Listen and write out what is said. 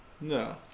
no